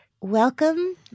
Welcome